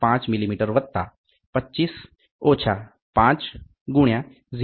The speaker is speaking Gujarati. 5 મિલીમીટર વત્તા 25 ઓછા 5 ગુણ્યા 0